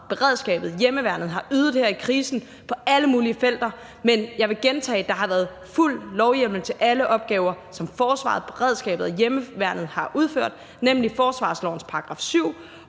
beredskabet og hjemmeværnet har ydet her i krisen på alle mulige felter, men jeg vil gentage, at der har været fuld lovhjemmel til alle opgaver, som forsvaret, beredskabet og hjemmeværnet har udført, nemlig forsvarslovens § 7